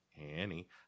annie